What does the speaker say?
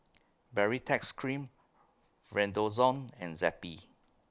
Baritex Cream Redoxon and Zappy